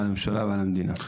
על הממשלה ועל המדינה.